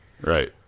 Right